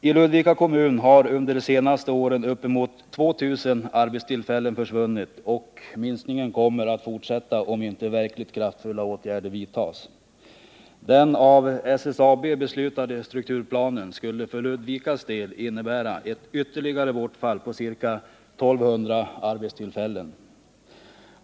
I Ludvika kommun har under de senaste åren uppemot 2 000 arbetstillfällen försvunnit, och minskningen kommer att fortsätta om inte verkligt kraftfulla åtgärder vidtas. Den av SSAB beslutade strukturplanen skulle för Ludvikas del innebära ett ytterligare bortfall på ca 1 200 arbetstillfällen.